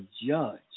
judge